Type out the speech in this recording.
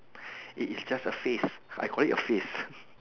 it is just a phase I collect a phase